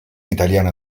italiana